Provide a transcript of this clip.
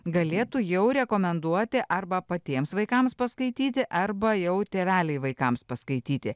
galėtų jau rekomenduoti arba patiems vaikams paskaityti arba jau tėveliai vaikams paskaityti